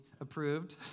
approved